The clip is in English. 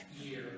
year